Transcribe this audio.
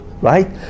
right